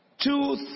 two